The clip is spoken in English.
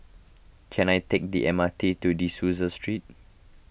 can I take the M R T to De Souza Street